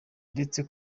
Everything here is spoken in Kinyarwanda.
ndetse